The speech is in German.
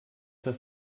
das